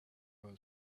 will